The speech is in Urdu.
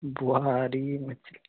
بواری مچھلی